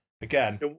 again